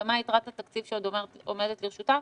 ומה יתרת התקציב שעוד עומדת לרשותם,